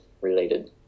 related